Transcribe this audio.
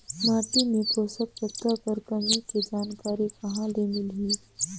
माटी मे पोषक तत्व कर कमी के जानकारी कहां ले मिलही?